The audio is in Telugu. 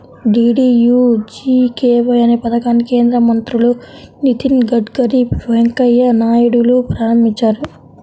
డీడీయూజీకేవై అనే పథకాన్ని కేంద్ర మంత్రులు నితిన్ గడ్కరీ, వెంకయ్య నాయుడులు ప్రారంభించారు